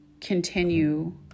continue